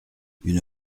une